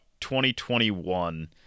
2021